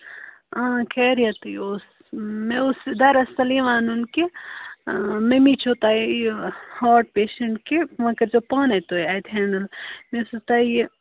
آ خیریَتٕے اوس مےٚ اوس دَرَصل یہِ وَنُن کہِ میمی چھو تۄہہِ یہِ ہاٹ پیشَنٛٹ کہِ وۄنۍ کٔرۍزیو پانَے تُہۍ اَتہِ ہینڈٕل مےٚ ٲسوٕ تۄہہِ یہِ